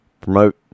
promote